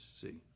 see